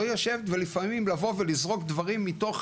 לא לשבת ולפעמים לבוא ולזרוק דברים מתוך,